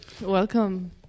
Welcome